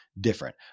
different